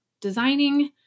designing